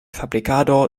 fabrikado